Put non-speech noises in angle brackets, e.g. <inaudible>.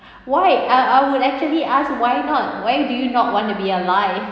<breath> why I I would actually ask why not why do you not want to be alive